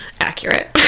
accurate